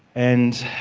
and